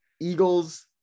Eagles